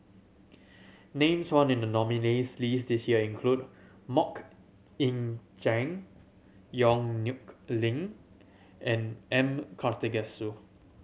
names found in the nominees' list this year include Mok Ying Jang Yong Nyuk Lin and M Karthigesu